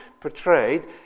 portrayed